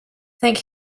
thank